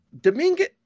Dominguez